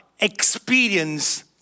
Experience